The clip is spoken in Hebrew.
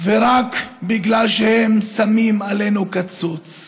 רק בגלל שהם שמים עלינו קצוץ.